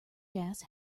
gas